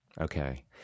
Okay